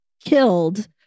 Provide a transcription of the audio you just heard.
killed